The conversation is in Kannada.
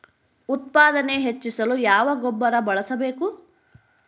ಉತ್ಪಾದನೆ ಹೆಚ್ಚಿಸಲು ಯಾವ ಗೊಬ್ಬರ ಬಳಸಬೇಕು?